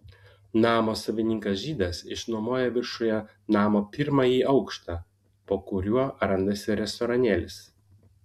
namo savininkas žydas išnuomoja viršuje namo pirmąjį aukštą po kuriuo randasi restoranėlis